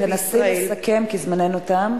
תנסי לסכם כי זמננו תם.